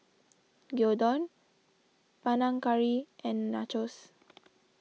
Gyudon Panang Curry and Nachos